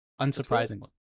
Unsurprisingly